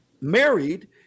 married